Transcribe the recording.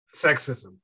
sexism